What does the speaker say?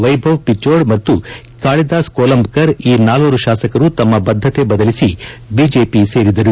ವ್ವೆಭವ್ ಪಿಚೋಡ್ ಮತ್ತು ಕಾಳಿದಾಸ್ ಕೋಲಂಬ್ನರ್ ಈ ನಾಲ್ವರು ಶಾಸಕರು ತಮ್ಮ ಬದ್ದತೆ ಬದಲಿಸಿ ಬಿಜೆಪಿ ಸೇರಿದರು